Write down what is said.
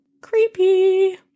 Creepy